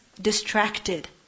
distracted